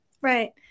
Right